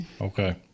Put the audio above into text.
Okay